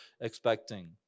expecting